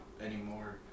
anymore